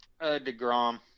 DeGrom